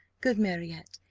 good marriott,